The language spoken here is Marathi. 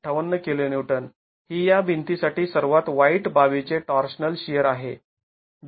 ५८ kN ही या भिंती साठी सर्वात वाईट बाबी चे टॉर्शनल शिअर आहे